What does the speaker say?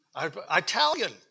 Italian